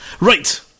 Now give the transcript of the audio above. Right